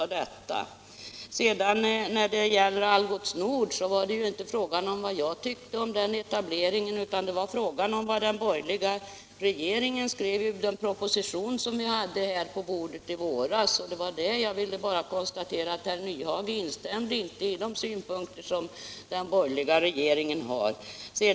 Beträffande Algots Nord AB vill jag säga att det inte gällde vad jag tycker om den etableringen utan vad den borgerliga regeringen skrivit i den proposition som låg på riksdagens bord i våras. Jag ville bara konstatera att herr Nyhage inte instämde i den borgerliga regeringens synpunkter.